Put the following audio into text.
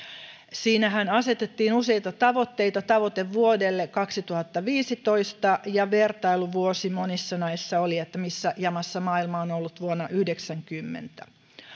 siinähän asetettiin useita tavoitteita tavoitevuodelle kaksituhattaviisitoista ja vertailuvuosi monissa näissä oli että missä jamassa maailma on on ollut vuonna yhdeksänkymmentä